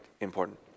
important